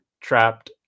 trapped